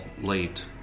late